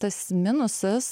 tas minusas